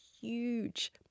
huge